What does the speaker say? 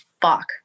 fuck